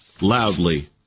loudly